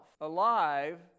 alive